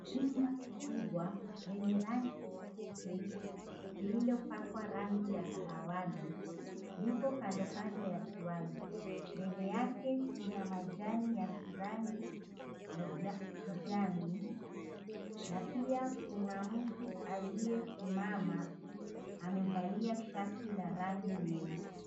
Jumba kubwa lenye rangi nyeupe lililopakwa rangi ya kahawani lipo kando kando ya kiwanja. Mbele yake kuna majani ya rangi ya kijani na pia kuna mtu aliyesimama, amevalia shati la rangi nyeusi.